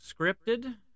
Scripted